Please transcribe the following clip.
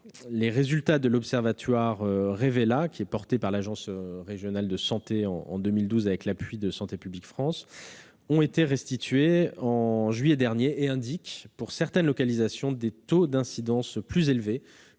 les résultats de l'observatoire Revela 13, porté par l'agence régionale de santé depuis 2012, avec l'appui de Santé publique France, ont été restitués en juillet dernier. Ils indiquent, pour certaines localisations, des taux d'incidence plus élevés